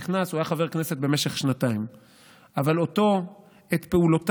הוא נכנס והוא היה חבר כנסת במשך שנתיים,